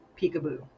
peekaboo